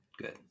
Good